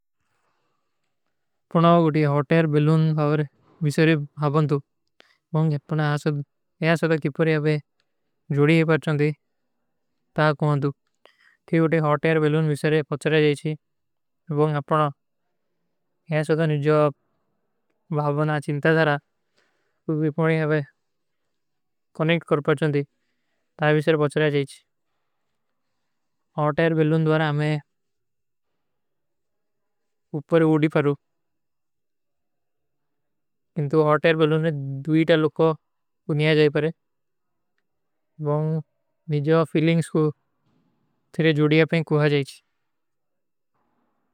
ପୁର୍ଣାଵା ଗୁଟୀ hot air balloon ଭାଵର ଵିଶରେ ଭାଵନ ଥୂ। ବହୁଂ ଅପନା ଯହାଁ ସଦା କିପର ଯହାଁ ବହୁଂ ଜୁଡୀ ହୈ ପରଚନ ଥୀ। ତା କୁହନ ଥୂ। କିଵଟେ ହୋଟ ଏର ବେଲୂନ ଵିଶରେ ପଚ୍ଛର ଜାଈଶୀ। ପୁର୍ଣାଵା ଗୁଟୀ ହୋଟ ଏର ବେଲୂନ ଭାଵର ଵିଶରେ ପଚ୍ଛର ଜାଈଶୀ। ପୁର୍ଣାଵା ଗୁଟୀ ହୋଟ ଏର ବେଲୂନ ଭାଵର ଵିଶରେ ପଚ୍ଛର ଜାଈଶୀ।